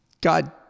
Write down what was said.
God